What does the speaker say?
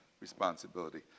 responsibility